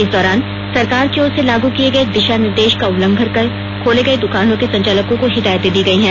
इस दौरान सरकार की ओर से लागू किए गए दिशा निर्देश का उल्लंघन कर खोले गए दुकानों के संचालकों को हिदायते दी गई है